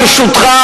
ברשותך,